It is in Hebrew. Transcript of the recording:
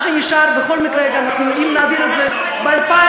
מה שנשאר בכל מקרה, אם נעביר את זה ב-2015,